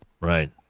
Right